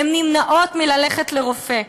הן נמנעות מללכת לרופא.